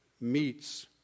meets